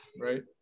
Right